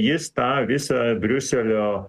jis tą visą briuselio